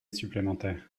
supplémentaire